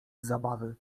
zabawy